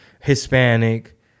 Hispanic